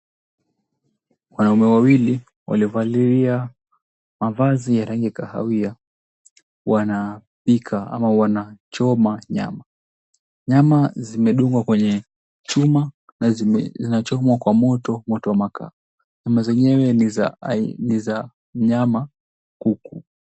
Wanaume wawili waliovalia mavazi ya rangi ya kahawia wanapika ama wanachoma nyama. Nyama zimedungwa kwenye chuma na zinachomwa kwa moto, moto wa makaa. Nyama zenyewe niza nyama, kuku.